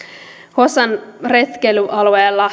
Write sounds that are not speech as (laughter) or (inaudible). hossan retkeilyalueella (unintelligible)